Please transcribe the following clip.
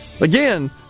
Again